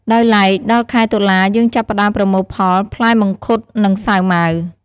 ដោយឡែកដល់ខែតុលាយើងចាប់ផ្តើមប្រមូលផលផ្លែមង្ឃុត និង សាវម៉ាវ។